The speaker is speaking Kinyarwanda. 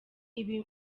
ibi